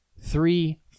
three